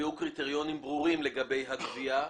יקבעו קריטריונים ברורים לגבי הגבייה,